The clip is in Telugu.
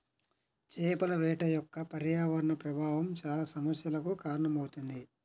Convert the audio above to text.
చేపల వేట యొక్క పర్యావరణ ప్రభావం చాలా సమస్యలకు కారణమవుతుంది